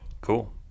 Cool